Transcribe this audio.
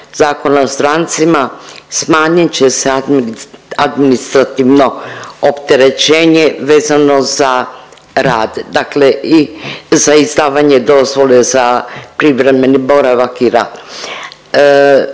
Zakona o strancima smanjit će se administrativno opterećenje vezano za rad, dakle i za izdavanje dozvole za privremeni boravak i rad.